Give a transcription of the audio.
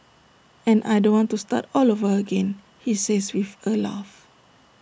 and I don't want to start all over again he says with A laugh